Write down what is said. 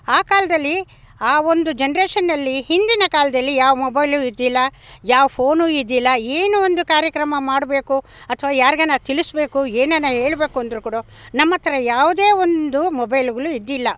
ಆ ಕಾಲದಲ್ಲಿ ಆ ಒಂದು ಜನ್ರೇಶನ್ನಲ್ಲಿ ಹಿಂದಿನ ಕಾಲದಲ್ಲಿ ಯಾವ ಮೊಬೈಲು ಇರ್ಲಿಲ್ಲ ಯಾವ ಫೋನು ಇರ್ಲಿಲ್ಲ ಏನು ಒಂದು ಕಾರ್ಯಕ್ರಮ ಮಾಡಬೇಕು ಅಥವಾ ಯಾರ್ಗಾನ ತಿಳಿಸ್ಬೇಕು ಏನಾನ ಹೇಳ್ಬೇಕು ಅಂದರೂ ಕೂಡ ನಮ್ಮತ್ರ ಯಾವುದೇ ಒಂದು ಮೊಬೈಲ್ಗಳು ಇರ್ಲಿಲ್ಲ